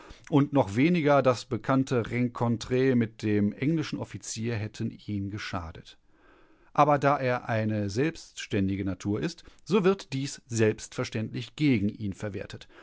und noch weniger das bekannte renkontre mit dem englischen offizier hätten ihm geschadet aber da er eine selbständige natur ist so wird dies selbstverständlich gegen ihn verwertet